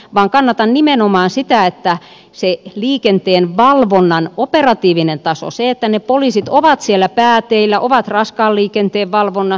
nban kannatan nimenomaan sitä että se liikenteen valvonnan operatiivinen taso sietäneet poliisit ovat siellä pääteillä ovat raskaan liikenteen valvonnan